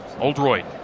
Oldroyd